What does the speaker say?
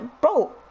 Bro